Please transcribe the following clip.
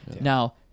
Now